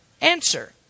answer